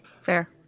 Fair